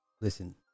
listen